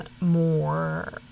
more